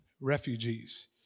refugees